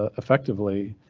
ah affectively?